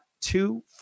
two